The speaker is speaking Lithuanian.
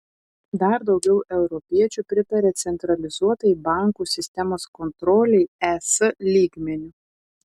dar daugiau europiečių pritaria centralizuotai bankų sistemos kontrolei es lygmeniu